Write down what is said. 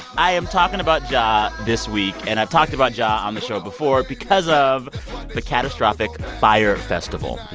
i am talking about ja this week, and i've talked about ja on the show before because of the catastrophic fyre festival.